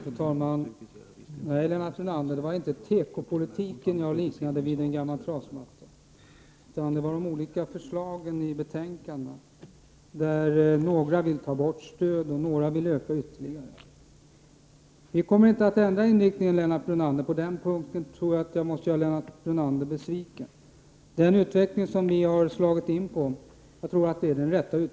Fru talman! Nej, Lennart Brunander, det var inte tekopolitiken jag liknade vid en gammal trasmatta. Det var de olika förslagen i betänkandet, där några vill ta bort stöd och några vill öka stödet ytterligare. Vi kommer inte att ändra inriktning, Lennart Brunander. På den punkten tror jag att jag måste göra Lennart Brunander besviken. Jag tror att den utveckling som vi har slagit in på är den rätta.